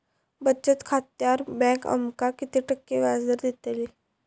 बचत खात्यार बँक आमका किती टक्के व्याजदर देतली?